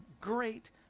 great